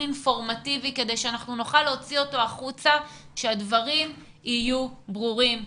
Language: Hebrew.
אינפורמטיבי כדי שאנחנו נוכל להוציא אותו החוצה והדברים יהיו ברורים.